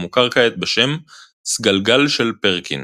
המוכר כעת בשם "סגלגל של פרקין".